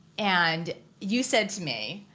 and you said to me,